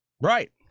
Right